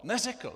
Neřekl!